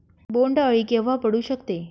बोंड अळी केव्हा पडू शकते?